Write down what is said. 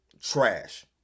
Trash